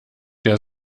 der